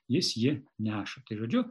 jis ji neša tai žodžiu